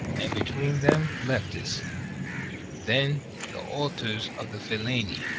and between them leptis then the altars of the phil aeni